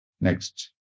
Next